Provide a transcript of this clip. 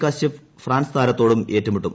Kashyap France താരത്തോടും ഏറ്റുമുട്ടും